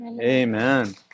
Amen